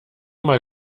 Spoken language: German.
mal